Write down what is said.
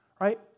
right